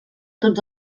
tots